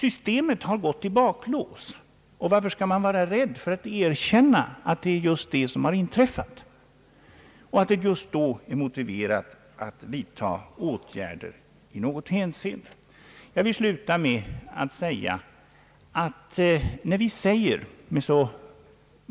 Systemet har gått i baklås. Varför skall man vara rädd för att erkänna att det är vad som har inträffat och att det då är motiverat att vidta åtgärder i något hänseende.